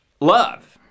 Love